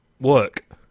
work